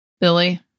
Billy